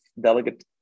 Delegate